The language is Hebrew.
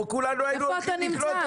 כולנו היינו הולכים לקנות